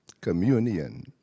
Communion